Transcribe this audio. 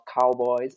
cowboys